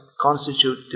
constitute